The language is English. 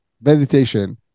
meditation